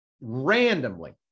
randomly